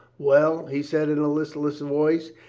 well? he said in a listless voice.